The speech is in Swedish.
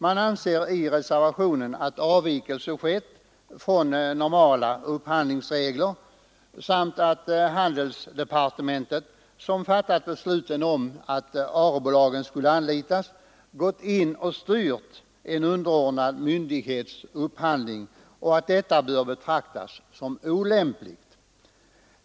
Man anser i reservationen att avvikelse skett från normala upphandlingsregler samt att handelsdepartementet, som fattat besluten om att ARE-bolagen skulle anlitas, gått in och styrt en underordnad myndighets upphandling och att detta bör betraktas som olämpligt.